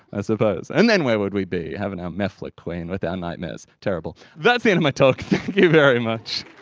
i suppose. and then where would we be, having our mefloquine with our nightmares. terrible. that's the end of my talk, thank you very much.